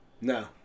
No